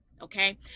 Okay